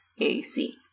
AC